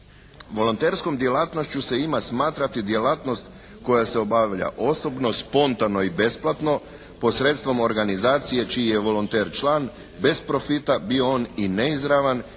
«Volonterskom djelatnošću se ima smatrati djelatnost koja se obavlja osobno, spontano i besplatno posredstvom organizacije čiji je volonter član bez profita bio on i neizravan